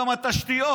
גם התשתיות,